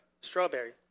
strawberry